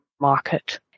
market